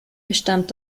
bestand